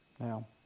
Now